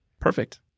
Perfect